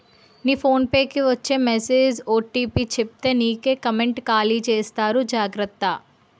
మీ phone కి వచ్చే message OTP చెప్పితే నీకే కామెంటు ఖాళీ చేసేస్తారు జాగ్రత్త